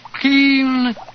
keen